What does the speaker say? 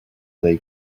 they